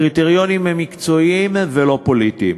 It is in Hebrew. הקריטריונים הם מקצועיים ולא פוליטיים.